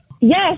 Yes